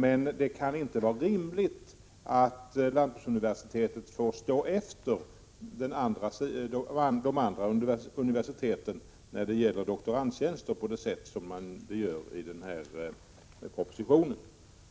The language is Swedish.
Men det kan inte vara rimligt att lantbruksuniversitetet får komma efter i förhållande till de andra universiteten när det gäller doktorandtjänster på det sätt som blir fallet med regeringens förslag i propositionen.